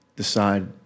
decide